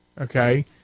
Okay